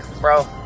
bro